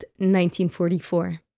1944